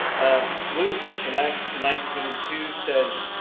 ah look in acts nineteen two says,